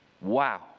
Wow